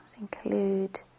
include